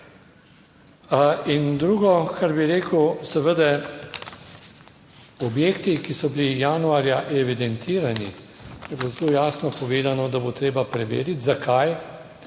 In drugo, kar bi rekel, seveda objekti, ki so bili januarja evidentirani, je bilo zelo jasno povedano, da bo treba preveriti. Zakaj?